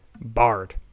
Bard